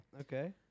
Okay